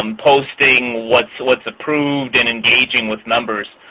um posting what's what's approved and engaging with members.